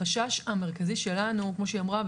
החשש המרכזי שלנו כמו שהיא אמרה,